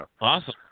Awesome